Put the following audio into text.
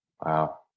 Wow